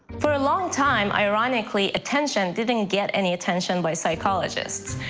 for a long time ironically attention didn't get any attention by psychologists.